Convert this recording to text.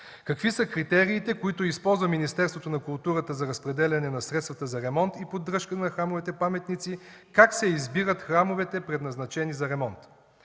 Какви са критериите, които използва Министерството на културата за разпределяне на средствата за ремонт и поддръжка на храмове-паметници? Как се избират храмовете, предназначени за ремонт?